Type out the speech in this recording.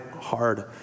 hard